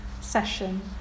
session